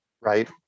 Right